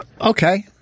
Okay